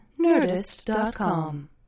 nerdist.com